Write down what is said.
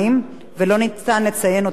ולא ניתן לציין אותה בחוק.